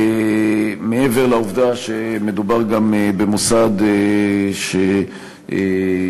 מעבר לעובדה שמדובר גם במוסד שקיבל,